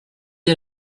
est